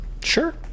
Sure